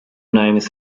names